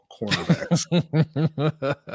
cornerbacks